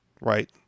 right